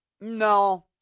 no